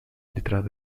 detrás